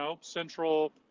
central